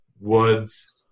Woods